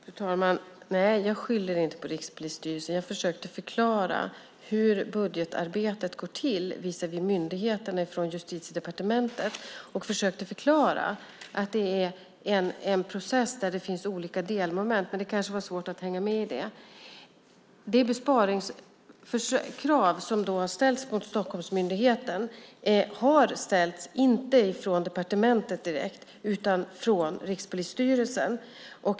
Fru talman! Nej, jag skyller inte på Rikspolisstyrelsen. Jag försökte förklara hur budgetarbetet går till visavi myndigheterna från Justitiedepartementet, och jag försökte förklara att det är en process där det finns olika delmoment. Det kanske var svårt att hänga med i det. Det besparingskrav som har ställts på Stockholmsmyndigheten har ställts inte från departementet direkt utan från Rikspolisstyrelsen.